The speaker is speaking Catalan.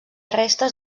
restes